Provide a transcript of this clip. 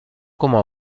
como